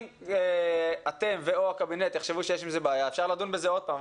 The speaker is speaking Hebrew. אם אתם ו/או הקבינט יחשבו שיש עם זה בעיה אפשר לדון בזה עוד פעם,